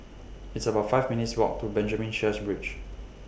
It's about five minutes' Walk to Benjamin Sheares Bridge